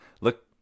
look